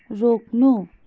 रोक्नु